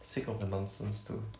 sick of the nonsense too